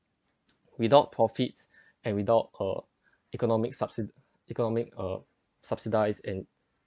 without profits and without uh economic subsid~ economic uh subsidized and